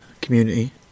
community